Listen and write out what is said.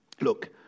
look